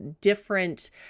different